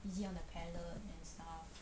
easy on the palate and stuff